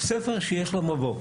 ספר שיש לו מבוא?